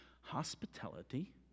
Hospitality